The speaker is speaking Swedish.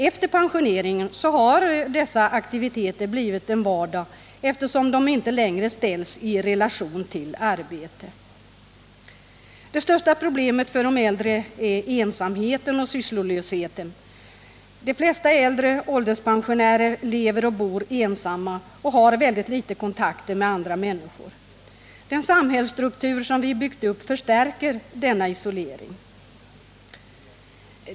Efter pensioneringen har dessa aktiviteter blivit vardag, eftersom de inte längre ställs i relation till arbete. Det största problemet för de äldre är ensamheten och sysslolösheten. De flesta äldre ålderspensionärer lever och bor ensamma och har ytterst få kontakter med andra människor. Den samhällsstruktur som vi byggt upp förstärker denna isolering.